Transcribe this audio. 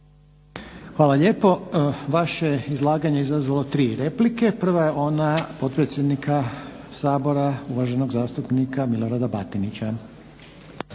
Hvala lijepo. Vaše izlaganje izazvalo je 3 replike. Prva je ona potpredsjednika Sabora, uvaženog zastupnika Milorada Batinića.